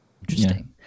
Interesting